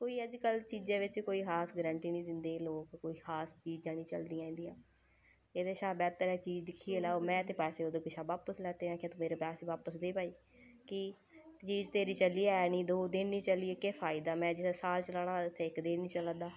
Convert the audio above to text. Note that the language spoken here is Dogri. कोई अज्जकल चीज़ै बिच्च कोई खास गरैंटी नी दिंदे लोक कोई खास चीज़ां नी चलदियां इंदियां एह्दे शा बेह्तर ऐ चीज़ दिक्खियै लैओ में ते पैसें ओह्दे शा बापस लैते में आखेआ तूं मेरे पैसें बापस दे भाई कि चीज़ तेरी चली ऐ नी दो दिन नी चली केह् फायदा में जित्थें साल चलाना होऐ उत्थें इक दिन नी चला दा